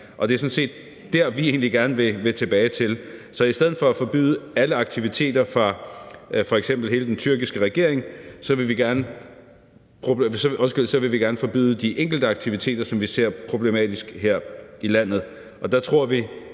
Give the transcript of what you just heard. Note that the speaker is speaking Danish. set det, vi gerne vil tilbage til. Så i stedet for at forbyde alle aktiviteter fra f.eks. hele den tyrkiske regering vil vi gerne forbyde de enkelte aktiviteter, som vi ser som problematiske her i landet.